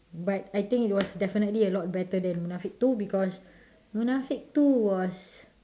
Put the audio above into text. but I think it was definitely a lot better than munafik two because munafik two was